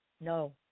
No